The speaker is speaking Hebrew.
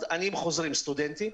מדענים חוזרים וסטודנטים.